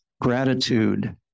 gratitude